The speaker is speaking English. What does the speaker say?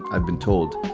i've been told,